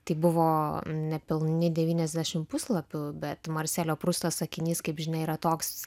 tai buvo nepilni devyniasdešimt puslapių bet marselio prusto sakinys kaip žinia yra toks